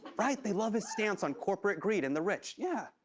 right? they love his stance on corporate greed and the rich yeah